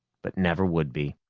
but never would be.